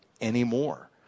anymore